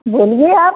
बोलिए आप